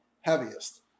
heaviest